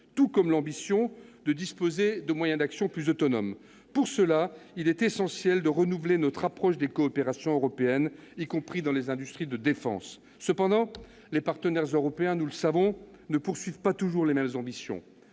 tout comme l'ambition de disposer de moyens d'action plus autonomes. Pour cela, il est essentiel de renouveler notre approche des coopérations européennes, y compris dans les industries de défense. Cependant, les partenaires européens ne poursuivent pas toujours les mêmes ambitions.